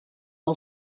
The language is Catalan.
del